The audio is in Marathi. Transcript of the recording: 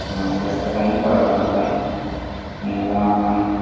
हा जास्त काही नाही करावं लागणार आहे तुम्हाला